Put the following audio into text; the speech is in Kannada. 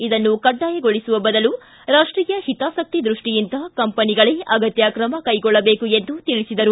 ಇದನ್ನು ಕಡ್ಡಾಯಗೊಳಿಸುವ ಬದಲು ರಾಷ್ಟೀಯ ಹಿತಾಸಕ್ತಿ ದೃಷ್ಟಿಯಿಂದ ಕಂಪನಿಗಳೇ ಅಗತ್ಯ ಕ್ರಮ ಕೈಗೊಳ್ಳಬೇಕು ಎಂದು ತಿಳಿಸಿದರು